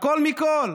הכול מכול: